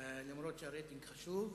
אף-על-פי שהרייטינג חשוב.